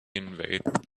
invade